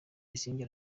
besigye